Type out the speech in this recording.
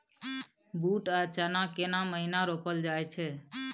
बूट आ चना केना महिना रोपल जाय छै?